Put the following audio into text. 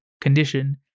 condition